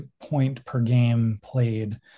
point-per-game-played